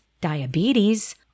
diabetes